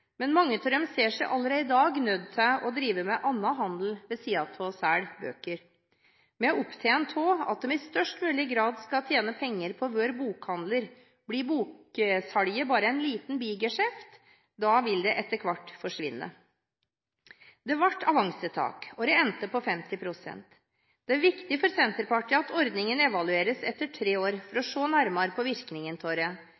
men mange av dem ser seg allerede i dag nødt til å drive med annen handel ved siden av å selge bøker. Vi er opptatt av at de i størst mulig grad skal tjene penger på å være bokhandlere – blir boksalget bare en liten bigeskjeft, vil det etter hvert forsvinne. Det ble avansetak, og det endte på 50 pst. Det er viktig for Senterpartiet at ordningen evalueres etter tre år for